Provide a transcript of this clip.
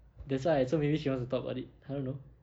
that's why so maybe she wants to talk about it I don't know